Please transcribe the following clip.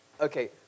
Okay